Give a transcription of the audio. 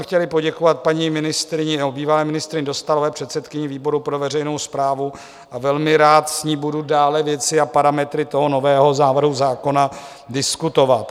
Chtěl jsem i poděkovat paní ministryni nebo bývalé ministryni Dostálové, předsedkyni výboru pro veřejnou správu, a velmi rád s ní budu dále věci a parametry toho nového návrhu zákona diskutovat.